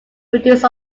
produced